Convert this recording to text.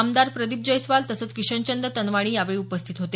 आमदार प्रदीप जैस्वाल तसंच किशनचंद तनवाणी यावेळी उपस्थित होते